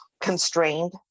constrained